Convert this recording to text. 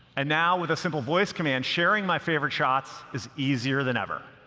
and now, with a simple voice command, sharing my favorite shots is easier than ever.